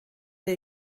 der